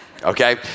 Okay